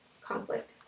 conflict